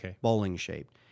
bowling-shaped